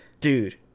dude